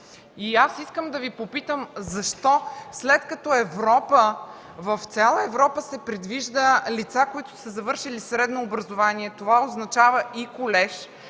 Искам да Ви попитам: защо след като в цяла Европа се предвижда лица, които са завършили средно образование, това означава и колеж,